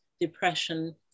depression